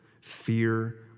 fear